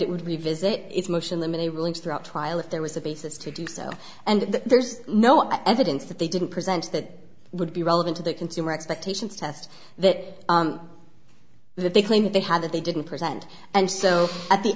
it would revisit its motion the many rulings throughout trial if there was a basis to do so and there's no evidence that they didn't present that would be relevant to the consumer expectations test that the big claim that they had that they didn't present and so at the